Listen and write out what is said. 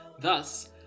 Thus